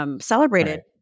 Celebrated